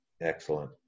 Excellent